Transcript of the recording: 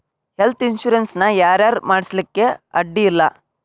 Health insurance ನ ಯಾರ್ ಯಾರ್ ಮಾಡ್ಸ್ಲಿಕ್ಕೆ ಅಡ್ಡಿ ಇಲ್ಲಾ?